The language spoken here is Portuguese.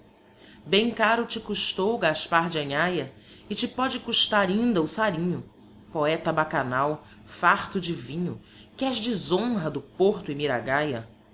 bem caro te custou gaspar de anhaya e te póde custar inda o sarinho poeta bacchanal farto de vinho que és deshonra do porto